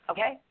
Okay